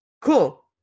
Cool